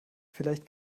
vielleicht